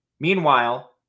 Meanwhile